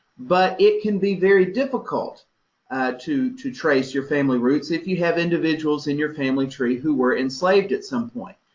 but it can be very difficult to to trace your family roots if you have individuals in your family tree who were enslaved at some point.